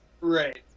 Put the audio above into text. Right